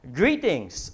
greetings